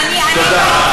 אבל אני, תודה.